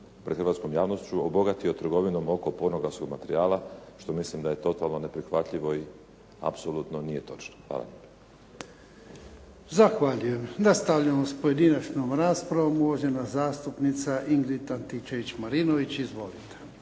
pred hrvatskom javnošću obogatio trgovinom oko pornografskog materijala što mislim da je totalno neprihvatljivo i apsolutno nije točno. Hvala. **Jarnjak, Ivan (HDZ)** Zahvaljujem. Raspravljamo s pojedinačnom raspravom. Uvažena zastupnica Ingrid Antičević-Marinović. Izvolite.